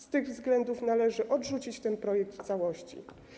Z tych względów należy odrzucić ten projekt w całości.